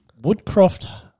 Woodcroft